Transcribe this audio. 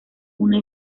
una